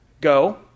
Go